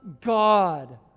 God